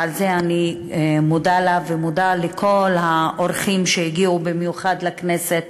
ועל זה אני מודה לה ומודה לכל האורחים שהגיעו במיוחד לכנסת.